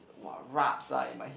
!wah! rabs ah in my head